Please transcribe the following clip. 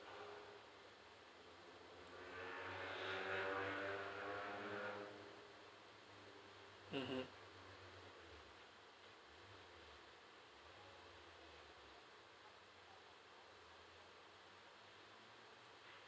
mmhmm